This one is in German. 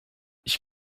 ich